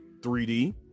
3D